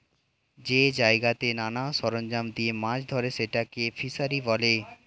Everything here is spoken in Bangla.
যেই জায়গাতে নানা সরঞ্জাম দিয়ে মাছ ধরে সেটাকে ফিসারী বলে